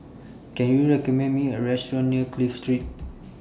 Can YOU recommend Me A Restaurant near Clive Street